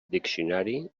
diccionari